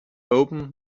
opener